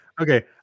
Okay